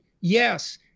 Yes